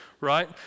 right